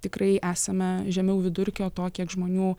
tikrai esame žemiau vidurkio to kiek žmonių